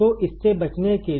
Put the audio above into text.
तो इससे बचने के लिए